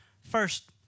First